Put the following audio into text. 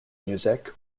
music